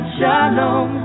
Shalom